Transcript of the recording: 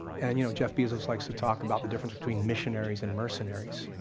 and you know jeff beisel just likes to talk about the difference between missionaries and mercenaries.